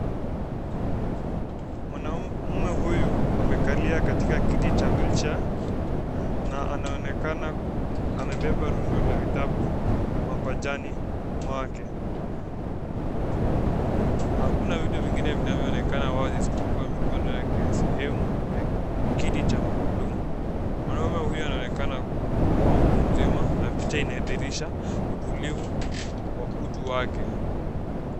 Mwanamume huyu amekalia katika kiti cha wheelchair , na anaonekana amebeba rundo la vitabu mapajani mwake. Hakuna vitu vingine vinavyoonekana wazi isipokuwa mikono yake, sehemu ya kiti cha magurudumu. Mwanamume huyu anaonekana kuwa mtu mzima, na picha inadhihirisha utulivu wa utu wake.